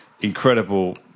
incredible